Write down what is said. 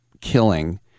killing